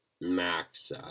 max